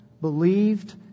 believed